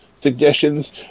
suggestions